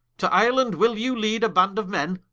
to ireland will you leade a band of men,